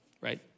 right